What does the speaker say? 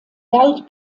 galt